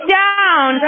down